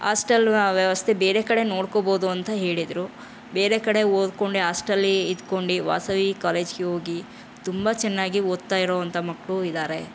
hostel ವ್ಯವಸ್ಥೆ ಬೇರೆ ಕಡೆ ನೋಡ್ಕೊಬೋದು ಅಂತ ಹೇಳಿದರು ಬೇರೆ ಕಡೆ ಓದ್ಕೊಂಡು ಹಾಸ್ಟಲಿ ಇದ್ಕೊಂಡು ವಾಸವಿ ಕಾಲೇಜಿಗೆ ಹೋಗಿ ತುಂಬ ಚೆನ್ನಾಗಿ ಓದ್ತಾ ಇರೋವಂಥ ಮಕ್ಕಳೂ ಇದ್ದಾರೆ